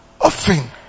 often